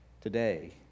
Today